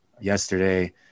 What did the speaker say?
yesterday